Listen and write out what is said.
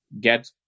get